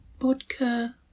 Vodka